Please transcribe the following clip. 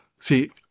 see